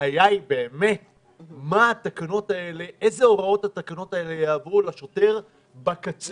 הבעיה היא באמת אילו הוראות מן התקנות האלה יעברו לשוטר בקצה,